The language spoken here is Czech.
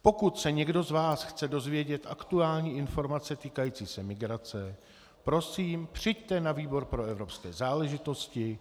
Pokud se někdo z vás chce dozvědět aktuální informace týkající se migrace, prosím, přijďte na výbor pro evropské záležitosti.